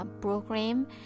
program